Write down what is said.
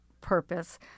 purpose